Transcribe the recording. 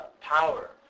power